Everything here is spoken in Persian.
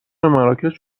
مراکش